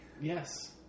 Yes